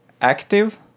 active